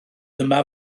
yma